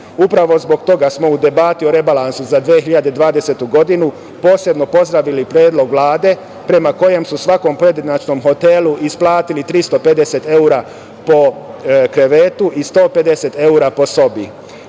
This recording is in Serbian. posao. Upravo zbog toga smo u debati o rebalansu za 2020. godinu posebno pozdravili predlog Vlade prema kojem su svakom pojedinačnom hotelu isplatili 350 evra po krevetu i 150 evra po